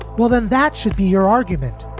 well, then that should be your argument.